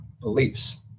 beliefs